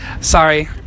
sorry